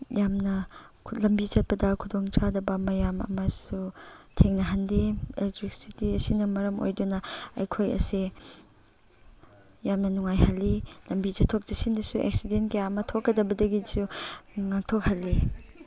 ꯌꯥꯝꯅ ꯂꯝꯕꯤ ꯆꯠꯄꯗ ꯈꯨꯗꯣꯡꯆꯥꯗꯕ ꯃꯌꯥꯝ ꯑꯃꯁꯨ ꯊꯦꯡꯅꯍꯟꯗꯦ ꯑꯦꯂꯦꯛꯇ꯭ꯔꯤꯛꯁꯤꯇꯤ ꯑꯁꯤꯅ ꯃꯔꯝ ꯑꯣꯏꯗꯨꯅ ꯑꯩꯈꯣꯏ ꯑꯁꯦ ꯌꯥꯝꯅ ꯅꯨꯡꯉꯥꯏꯍꯜꯂꯤ ꯂꯝꯕꯤ ꯆꯠꯊꯣꯛ ꯆꯠꯁꯤꯟꯗꯁꯨ ꯑꯦꯛꯁꯤꯗꯦꯟ ꯀꯌꯥ ꯑꯃ ꯊꯣꯛꯀꯗꯕꯗꯒꯤꯁꯨ ꯉꯥꯛꯊꯣꯛꯍꯜꯂꯤ